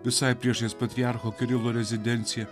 visai priešais patriarcho kirilo rezidenciją